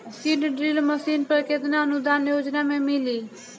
Seed drill machine पर केतना अनुदान योजना में मिली?